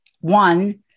one